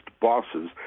bosses